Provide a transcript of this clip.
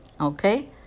okay